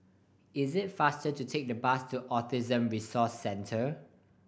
is it faster to take the bus to Autism Resource Centre